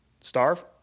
starve